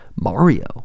Mario